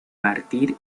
partir